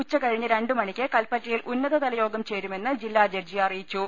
ഉച്ചകഴിഞ്ഞ് രണ്ടു മണിക്ക് കൽപ്പറ്റയിൽ ഉന്നതതല യോഗം ചേരുമെന്ന് ജില്ലാ ജഡ്ജി അറിയിച്ചു